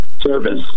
service